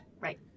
Right